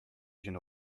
jeune